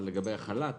לגבי החל"ת